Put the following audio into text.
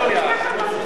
אתם רוצים לראות?